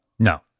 No